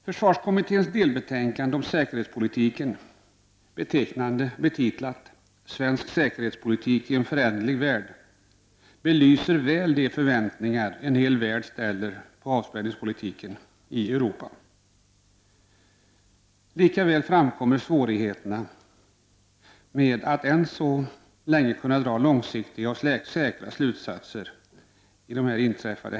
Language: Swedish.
Försvarskommitténs delbetänkande om säkerhetspolitiken, betecknande betitlat Svensk säkerhetspolitik i en föränderlig värld, belyser väl de förväntningar som en hel värld ställer på avspänningspolitiken i Europa. Lika väl framkommer svårigheterna med att än så länge kunna dra långsiktiga och säkra slutsatser av det inträffade.